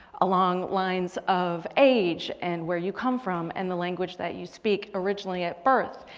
along lines of age and where you come from and the language that you speak originally at birth,